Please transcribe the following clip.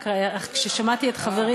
רק כששמעתי את חברי,